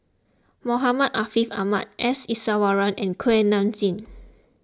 Muhammad Ariff Ahmad S Iswaran and Kuak Nam Jin